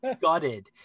gutted